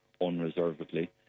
unreservedly